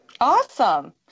Awesome